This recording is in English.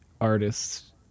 artists